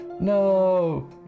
No